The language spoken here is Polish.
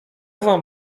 wam